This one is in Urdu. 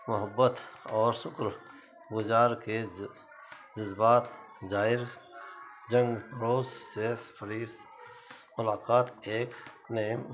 محبت اور شکر گزار کے جذبات ظاہر جنگ روز سے فری ملاقات ایک نیم